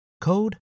code